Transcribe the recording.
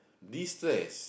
destress